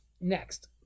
Next